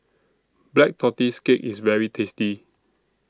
Black Tortoise Cake IS very tasty